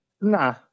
nah